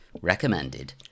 recommended